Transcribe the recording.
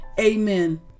Amen